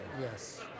yes